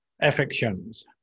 affections